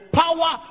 power